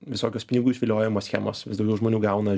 visokios pinigų išviliojimo schemos vis daugiau žmonių gauna